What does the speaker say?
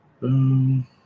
Boom